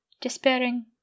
Despairing